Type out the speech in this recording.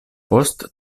post